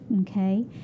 okay